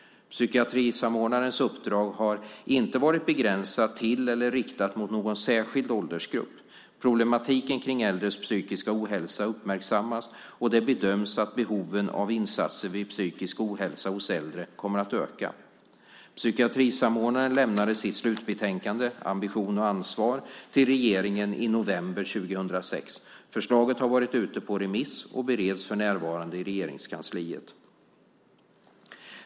Psykiatrisamordnarens uppdrag har inte varit begränsat till eller inriktat mot någon särskild åldersgrupp. Problematiken kring äldres psykiska ohälsa uppmärksammas och det bedöms att behoven av insatser vid psykisk ohälsa hos äldre kommer att öka. Psykiatrisamordnaren lämnade sitt slutbetänkande Ambition och ansvar till regeringen i november 2006. Förslaget har varit ute på remiss och bereds för närvarande i Regeringskansliet.